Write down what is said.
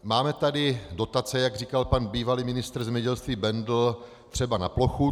Máme tady dotace, jak říkal pan bývalý ministr zemědělství Bendl, třeba na plochu.